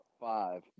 five